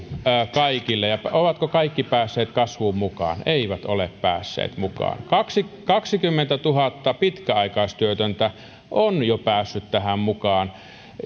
kaikille ja ovatko kaikki päässeet kasvuun mukaan eivät ole päässeet mukaan kaksikymmentätuhatta pitkäaikaistyötöntä on jo päässyt tähän mukaan